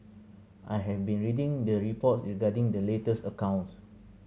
I have been reading the reports regarding the latest accounts